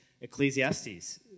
Ecclesiastes